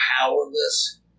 powerless